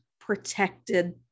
protected